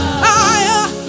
fire